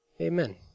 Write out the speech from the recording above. Amen